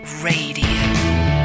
Radio